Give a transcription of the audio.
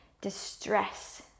distress